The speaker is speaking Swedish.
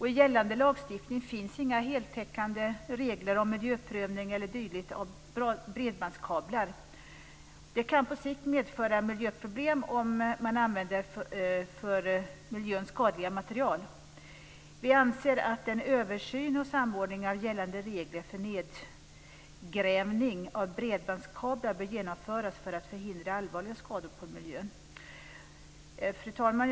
I gällande lagstiftning finns inga heltäckande regler om miljöprövning eller dylikt av bredbandskablar. Det kan på sikt medföra miljöproblem om man använder för miljön skadliga material. Vi anser att en översyn och samordning av gällande regler för nedgrävning av bredbandskablar bör genomföras för att förhindra allvarliga skador på miljön. Fru talman!